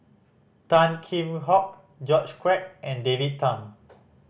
Tan Kheam Hock George Quek and David Tham